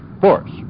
Force